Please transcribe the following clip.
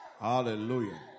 Hallelujah